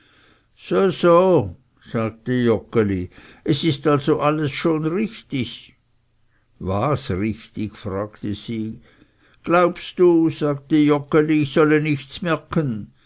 so sagte joggeli es ist also schon alles richtig was richtig fragte sie glaubst du sagte joggeli ich solle nichts merken